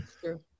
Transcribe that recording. true